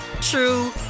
true